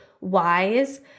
wise